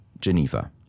Geneva